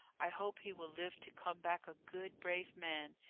i hope he will live to come back a good, brave man!